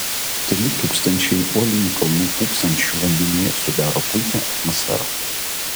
keli tūkstančiai uolinių kalnų pūpsančių vandenyje sudaro puikią atmosferą